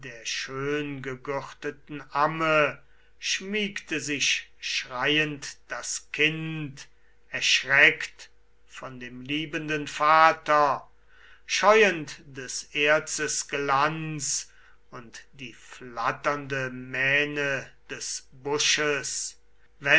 der schöngegürteten amme schmiegte sich schreiend das kind erschreckt von dem liebenden vater scheuend des erzes glanz und die flatternde mähne des busches